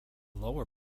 lower